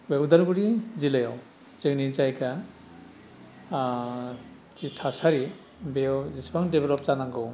बे उदालगुरि जिल्लायाव जोंनि जायगा जि थासारि बेयाव बिसिबां डेभेल्प जानांगौ